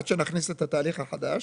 עד שנכניס את התהליך החדש,